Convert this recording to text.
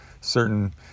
certain